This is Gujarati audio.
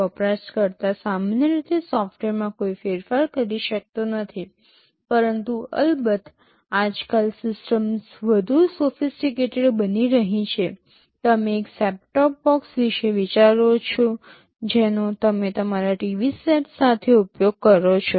વપરાશકર્તા સામાન્ય રીતે સોફ્ટવેરમાં કોઈ ફેરફાર કરી શકતો નથી પરંતુ અલબત્ત આજકાલ સિસ્ટમ્સ વધુ સોફિસ્ટિકેટેડ બની રહી છે તમે એક સેટ ટોપ બોક્સ વિશે વિચારો છો જેનો તમે તમારા ટીવી સેટ સાથે ઉપયોગ કરો છો